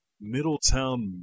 Middletown